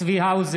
צבי האוזר,